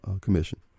commission